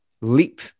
leap